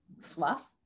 fluff